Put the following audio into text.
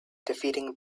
defeating